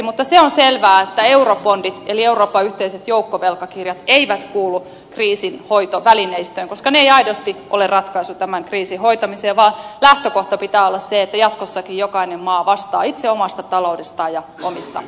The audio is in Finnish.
mutta se on selvää että eurobondit eli euroopan yhteiset joukkovelkakirjat eivät kuulu kriisinhoitovälineistöön koska ne eivät aidosti ole ratkaisu tämän kriisin hoitamiseen vaan lähtökohdan pitää olla se että jatkossakin jokainen maa vastaa itse omasta taloudestaan ja omista veloistaan